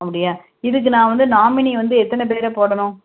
அப்படியா இதுக்கு நான் வந்து நாமினி வந்து எத்தனை பேரை போடணும்